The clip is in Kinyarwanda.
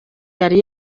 yari